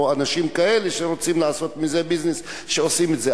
או אנשים כאלה שרוצים לעשות מזה ביזנס ועושים את זה.